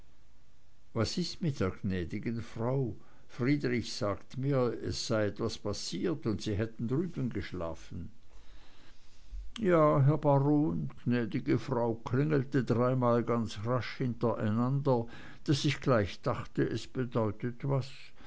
was ist das mit der gnäd'gen frau friedrich sagt mir es sei was passiert und sie hätten drüben geschlafen ja herr baron gnäd'ge frau klingelte dreimal ganz rasch hintereinander daß ich gleich dachte es bedeutet was